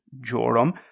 Joram